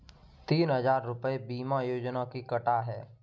तीन हजार रूपए बीमा योजना के कटा है